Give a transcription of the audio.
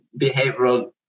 behavioral